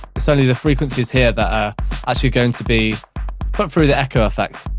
suddenly the frequencies here that are actually going to be put through the echo effect.